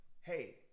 Hey